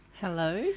Hello